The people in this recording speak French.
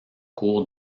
cour